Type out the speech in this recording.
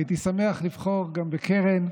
הייתי שמח לבחור גם בקרן,